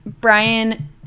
Brian